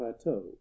plateau